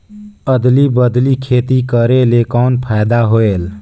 अदली बदली खेती करेले कौन फायदा होयल?